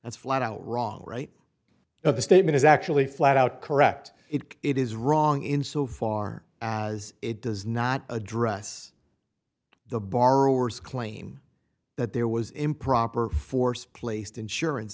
that's flat out wrong right of the statement is actually flat out correct it is wrong in so far as it does not address the borrowers claim that there was improper force placed insurance